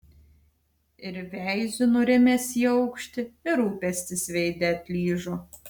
ir veiziu nurimęs į aukštį ir rūpestis veide atlyžo